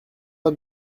pas